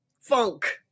funk